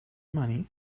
money